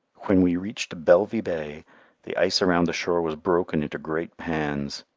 when we reached belvy bay the ice around the shore was broken into great pans,